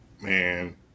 Man